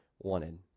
wanted